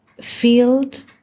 field